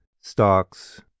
stocks